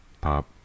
pop